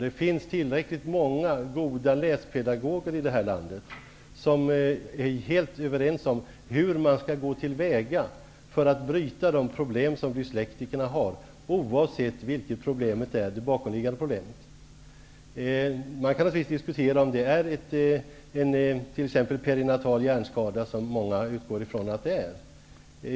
Det finns tillräckligt många goda läspedagoger i det här landet som är helt överens om hur man skall gå till väga för att bryta de problem som dyslektikerna har, oavsett vilket det bakomliggande problemet är. Man kan naturligtvis diskutera om det är en perinatal hjärnskada, vilket många utgår ifrån att det är.